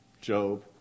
Job